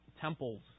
temples